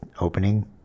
opening